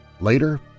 Later